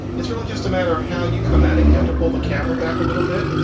it's really just a matter how you come at it. you have to pull the camera back a little bit.